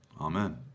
Amen